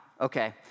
Okay